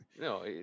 no